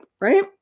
Right